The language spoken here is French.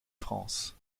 france